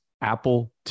Apple